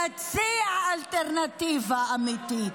תציע אלטרנטיבה אמיתית.